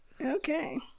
Okay